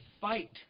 fight